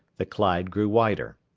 the clyde grew wider.